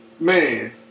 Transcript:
Man